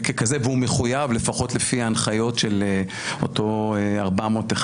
וככזה, והוא מחויב לפי ההנחיות של אותו 411,